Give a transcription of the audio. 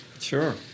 Sure